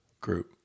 group